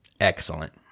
Excellent